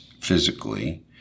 physically